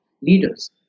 leaders